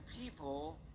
people